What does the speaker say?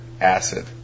acid